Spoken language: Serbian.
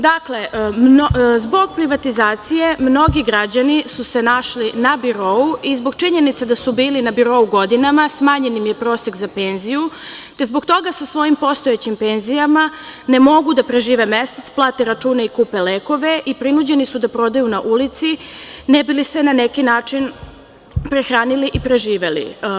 Dakle, zbog privatizacije mnogi građani su se našli na birou i zbog činjenice da su bili na birou godinama, smanjen im je prosek za penziju, te zbog toga sa svojim postojećim penzijama ne mogu da prežive mesec, plate račune i kupe lekove i prinuđeni su da prodaju na ulici, ne bi li se na neki način prehranili i preživeli.